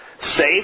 safe